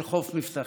אל חוף מבטחים.